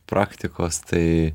praktikos tai